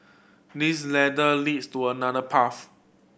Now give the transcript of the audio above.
this ladder leads to another path